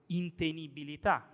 intenibilità